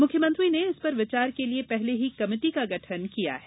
मुख्यमंत्री ने इस पर विचार के लिए पहले ही कमेटी का गठन किया है